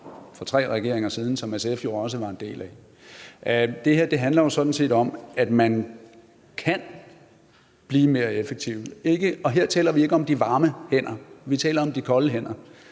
for tre regeringer siden, og som SF også var en del af. Det her handler sådan set om, at man kan blive mere effektiv, og her taler vi ikke om de varme hænder. Vi taler om de kolde hænder.